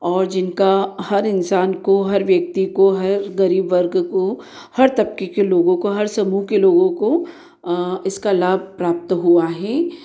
और जिनका हर इन्सान को हर व्यक्ति को हर गरीब वर्ग को हर तबके के लोगों को हर समूह के लोगों को इसका लाभ प्राप्त हुआ है